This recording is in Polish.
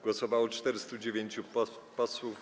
Głosowało 409 posłów.